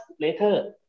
later